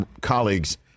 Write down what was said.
colleagues